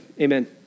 amen